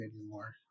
anymore